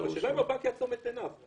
ליחיד תאריך לידה ומין,